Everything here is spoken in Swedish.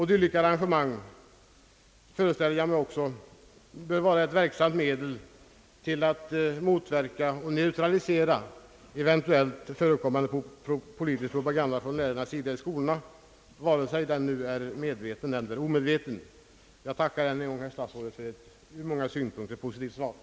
Dylika arrangemang, föreställer jag mig, bör också vara ett verksamt medel att motverka och neutralisera eventuellt förekommande politisk propaganda från lärarnas sida i skolorna, antingen den är medveten eller omedveten. Jag tackar än en gång statsrådet för ett ur många synpunkter positivt svar.